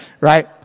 right